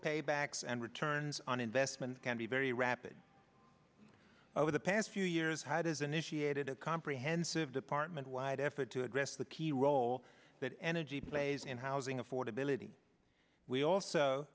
paybacks and returns on investment can be very rapid over the past few years how does initiated a comprehensive department wide effort to address the key role that energy plays in housing affordability we also